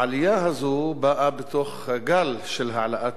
העלייה הזאת באה בתוך הגל של העלאת